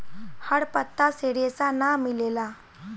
हर पत्ता से रेशा ना मिलेला